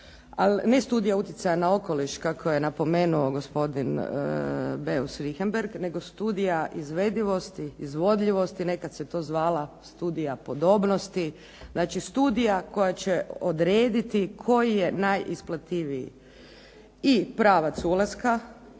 ne studija utjecaja na okoliš kako je napomenuo gospodin Beus Richembergh nego studija izvedivosti, izvodljivosti. Nekada se to zvala studija podobnosti. Znači studija koja će odrediti koji je najisplativiji i pravac ulaska